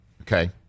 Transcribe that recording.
Okay